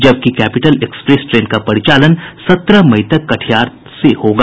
जबकि capital express train का परिचालन सत्रह मई तक कटिहार से होगा